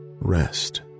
rest